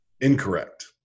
incorrect